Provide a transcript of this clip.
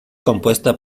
compuesta